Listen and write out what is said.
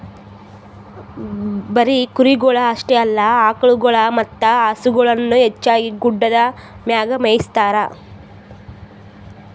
ಬರೀ ಕುರಿಗೊಳ್ ಅಷ್ಟೆ ಅಲ್ಲಾ ಆಕುಳಗೊಳ್ ಮತ್ತ ಹಸುಗೊಳನು ಹೆಚ್ಚಾಗಿ ಗುಡ್ಡದ್ ಮ್ಯಾಗೆ ಮೇಯಿಸ್ತಾರ